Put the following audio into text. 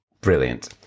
Brilliant